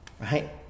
right